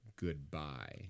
goodbye